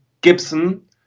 Gibson